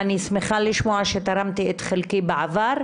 אני שמחה לשמוע שתרמתי את חלקי בעבר.